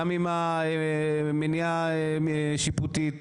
גם אם המניעה שיפוטית,